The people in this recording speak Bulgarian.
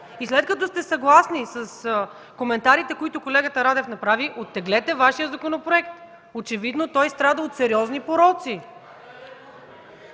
и след като сте съгласни с коментарите, които колегата Радев направи, оттеглете Вашия законопроект. Очевидно той страда от сериозни пороци.